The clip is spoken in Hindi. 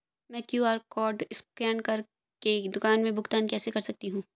मैं क्यू.आर कॉड स्कैन कर के दुकान में भुगतान कैसे कर सकती हूँ?